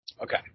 Okay